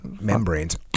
membranes